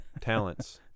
talents